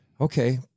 okay